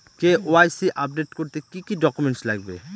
KYC update করতে কি কি ডকুমেন্টস লাগবে?